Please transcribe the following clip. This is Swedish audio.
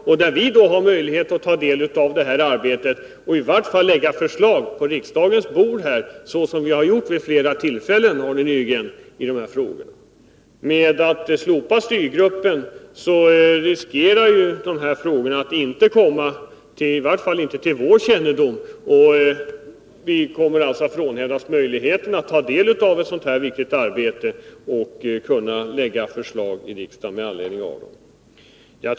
Vi har då möjlighet att ta del av detta arbete och lägga förslag på riksdagens bord, något som vi gjort vid flera tillfällen. Slopar man styrgruppen riskerar man att dessa frågor inte kommer till vår kännedom, och vi frånhänder oss alltså därmed möjligheten att ta del av detta arbete och lägga förslag i riksdagen med anledning härav.